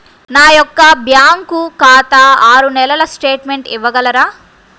నా యొక్క బ్యాంకు ఖాతా ఆరు నెలల స్టేట్మెంట్ ఇవ్వగలరా?